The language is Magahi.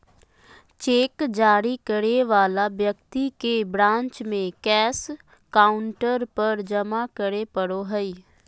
चेक जारी करे वाला व्यक्ति के ब्रांच में कैश काउंटर पर जमा करे पड़ो हइ